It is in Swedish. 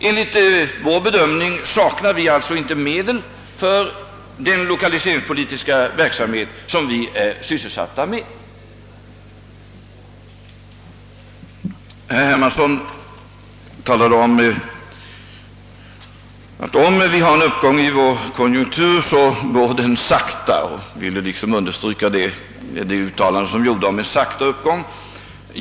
Enligt vår bedömning saknas det alltså inte medel för den lokaliseringspolitiska verksamhet som vi ägnar oss åt. Herr Hermansson sade att om vi har en konjunkturuppgång går den sakta och ville liksom understryka uttalandet om en långsam uppgång.